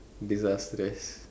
disastrous